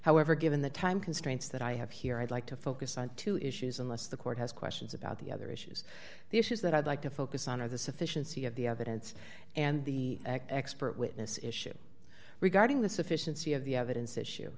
however given the time constraints that i have here i'd like to focus on two issues unless the court has questions about the other issues the issues that i'd like to focus on of the sufficiency of the evidence and the expert witness issue regarding the sufficiency of the evidence issue